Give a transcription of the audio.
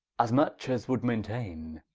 as much as would maintaine,